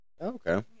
okay